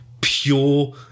pure